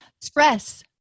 Stress